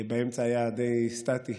באמצע היה די סטטי,